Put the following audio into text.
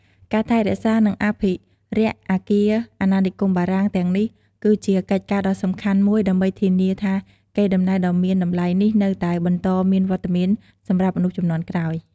ការថែរក្សា និងអភិរក្សអគារអាណានិគមបារាំងទាំងនេះ គឺជាកិច្ចការដ៏សំខាន់មួយ ដើម្បីធានាថាកេរដំណែលដ៏មានតម្លៃនេះនៅតែបន្តមានវត្តមានសម្រាប់មនុស្សជំនាន់ក្រោយ។